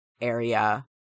area